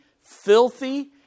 filthy